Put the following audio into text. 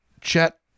Chet